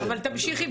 אבל תמשיכי,